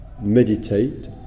meditate